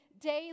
daily